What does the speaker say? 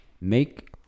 make